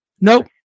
Nope